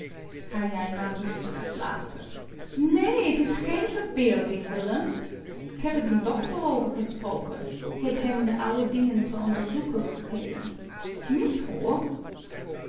ga jij maar rustig slapen néé t is geen verbeelding willem k heb er den dokter over gesproken heb hem de ouwe dingen te onderzoeken gegeven